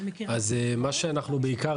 אז מה שאנחנו עשינו בעיקר,